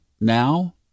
now